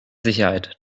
sicherheit